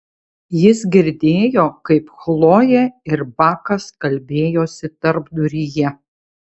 jis girdėjo kaip chlojė ir bakas kalbėjosi tarpduryje